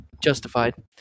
justified